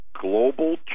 global